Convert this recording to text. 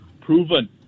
proven